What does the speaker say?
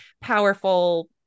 powerful